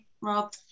Rob